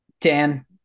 Dan